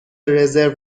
رزرو